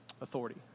authority